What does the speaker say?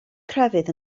crefydd